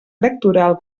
electoral